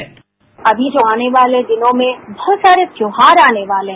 sound bite अभी जो आने वाले दिनों में बहत सारे त्योहार आने वाले हैं